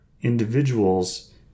Individuals